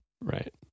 right